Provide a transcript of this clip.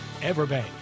Everbank